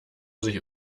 sich